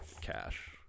cash